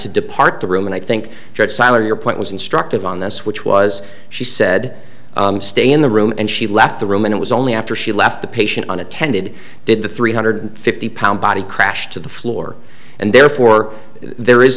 to depart the room and i think judge seiler your point was instructive on this which was she said stay in the room and she left the room and it was only after she left the patient unintended did the three hundred fifty pound body crash to the floor and therefore there is